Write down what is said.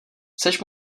seš